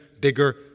bigger